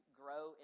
grow